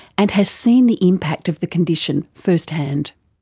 and has seen the impact of the condition first hand.